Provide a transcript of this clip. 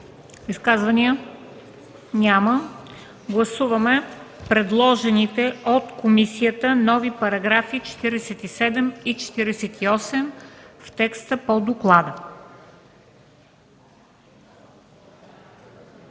Изказвания? Няма. Гласуваме предложените от комисията нови параграфи 47 и 48 в текста по доклада.